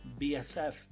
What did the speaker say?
BSF